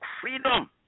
freedom